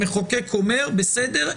המחוקק אומר בסדר,